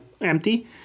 empty